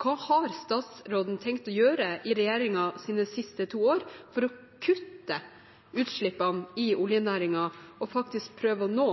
Hva har statsråden tenkt å gjøre i regjeringens siste to år for å kutte utslippene i oljenæringen og faktisk prøve å nå